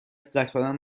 قطارم